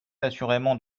assurément